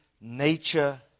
nature